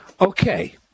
Okay